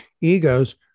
Egos